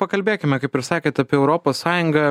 pakalbėkime kaip ir sakėt apie europos sąjungą